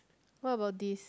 what about this